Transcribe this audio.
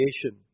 creation